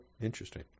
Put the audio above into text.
interesting